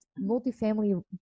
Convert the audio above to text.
multifamily